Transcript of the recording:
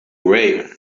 way